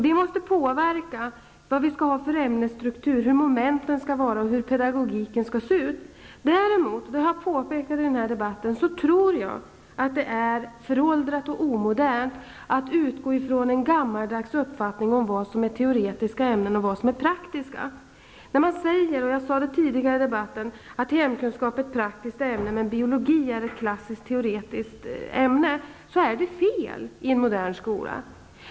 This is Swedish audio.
Det måste påverka vad vi skall ha för ämnesstruktur, vilka moment vi skall ha och hur pedagogiken skall se ut. Däremot tror jag -- vilket jag har påpekat i den här debatten -- att det är föråldrat och omodernt att utgå ifrån en gammaldags uppfattning om vilka ämnen som är teoretiska och vilka som är praktiska. När man säger att hemkunskap är ett praktiskt ämne medan biologi är ett klassiskt teoretiskt ämne är det fel -- jag har sagt det tidigare i debatten -- i den moderna skolan.